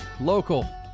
local